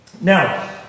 Now